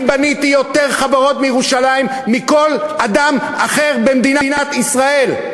אני בניתי יותר חברות בירושלים מכל אדם אחר במדינת ישראל.